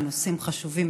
לנושאים חשובים,